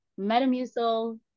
Metamucil